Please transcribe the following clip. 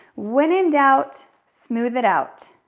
when in doubt, smooth it out.